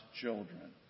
children